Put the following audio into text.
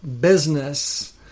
business